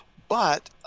but,